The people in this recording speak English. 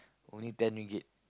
only ten ringgit